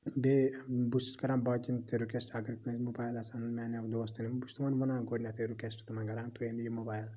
بیٚیہِ بہٕ چھُس کَران باقیَن تہِ رِکیٚوسٹ اگر کٲنٛسہِ موبایل آسہِ اَنُن میٛانیٚو دوستو بہٕ چھُس تِمَن ونان گۄڈٕنیٚتھٕے رِکیٚوسٹ تِمن کَران تُہۍ نِیِو موبایل